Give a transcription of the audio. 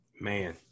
Man